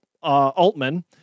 Altman